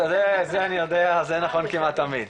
זה אני יודע זה נכון כמעט תמיד,